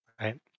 right